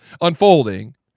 Unfolding